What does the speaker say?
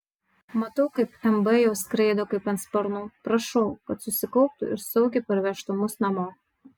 matau kaip mb jau skraido kaip ant sparnų prašau kad susikauptų ir saugiai parvežtų mus namo